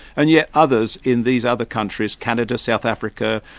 and yet others in these other countries, canada, south africa,